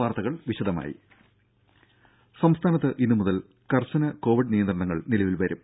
വാർത്തകൾ വിശദമായി സംസ്ഥാനത്ത് ഇന്നു മുതൽ കർശന കോവിഡ് നിയന്ത്രണങ്ങൾ നിലവിൽ വരും